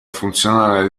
funzionare